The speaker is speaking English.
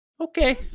Okay